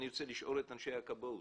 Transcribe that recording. אני רוצה לשאול את אנשי הכבאות: